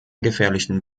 gefährlichen